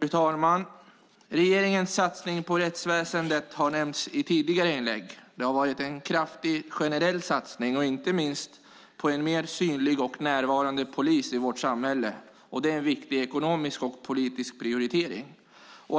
Fru talman! Regeringens satsning på rättsväsendet har nämnts i tidigare inlägg. Det har varit en kraftig generell satsning, inte minst på en mer synlig och närvarande polis i vårt samhälle. Det är en viktig ekonomisk och politisk prioritering.